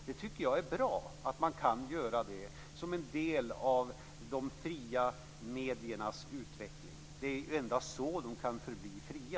Det är bra att man kan göra det, som en del av de fria mediernas utveckling. Det är endast så de kan förbli fria.